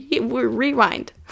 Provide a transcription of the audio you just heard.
rewind